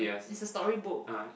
is a storybook